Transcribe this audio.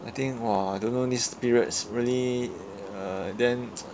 I think !wah! I don't know this periods really uh then